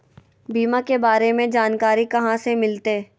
बीमा के बारे में जानकारी कहा से मिलते?